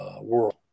world